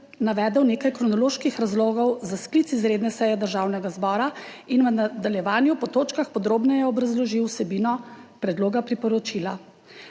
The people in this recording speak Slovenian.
navedel nekaj kronoloških razlogov za sklic izredne seje Državnega zbora in v nadaljevanju po točkah podrobneje obrazložil vsebino predloga priporočila.